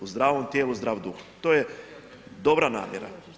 U zdravom tijelu, zdrav duh, to je dobra namjera.